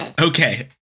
Okay